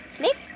Nick